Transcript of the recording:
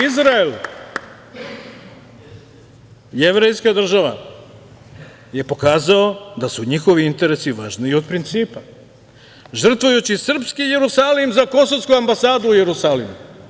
I Izrael, jevrejska država, je pokazao da su njihovi interesi važniji od principa, žrtvujući srpski Jerusalim za kosovsku ambasadu u Jerusalimu.